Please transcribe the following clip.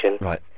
Right